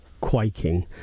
quaking